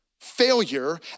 failure